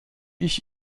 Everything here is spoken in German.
ich